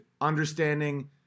understanding